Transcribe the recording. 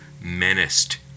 menaced